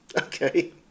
okay